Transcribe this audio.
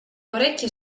orecchie